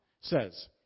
says